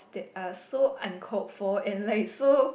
that are so uncalled for and like so